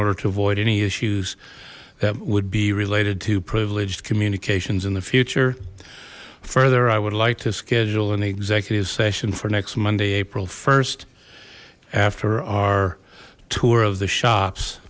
order to avoid any issues that would be related to privileged communications in the future further i would like to schedule an executive session for next monday april st after our tour of the shops